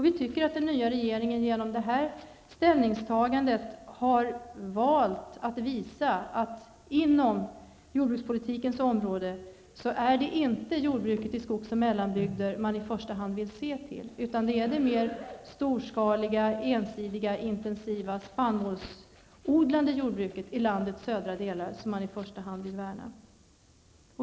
Vi tycker att den nya regeringen genom det här ställningstagandet har valt att visa att det på jordbrukspolitikens område inte är jordbruket i skogs och mellanbygder som man i första hand vill se till utan att det är det mer storskaliga, ensidiga, intensiva, spannmålsodlande jordbruket i landets södra delar som man i första hand vill värna.